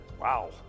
wow